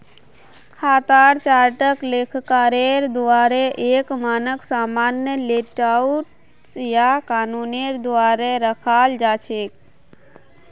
खातार चार्टक लेखाकारेर द्वाअरे एक मानक सामान्य लेआउट स या कानूनेर द्वारे रखाल जा छेक